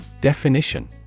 Definition